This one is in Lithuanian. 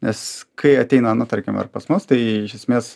nes kai ateina nu tarkim ar pas mus tai iš esmės